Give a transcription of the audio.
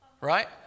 Right